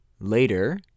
Later